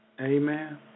Amen